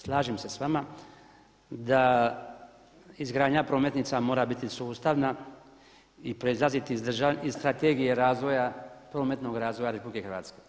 Slažem se s vama da izgradnja prometnica mora biti sustavna i proizlaziti iz Strategije razvoja, prometnog razvoja RH.